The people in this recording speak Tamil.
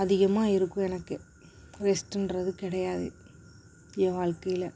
அதிகமாக இருக்கும் எனக்கு ரெஸ்ட்டுன்றது கிடையாது என் வாழ்க்கையில்